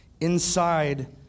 inside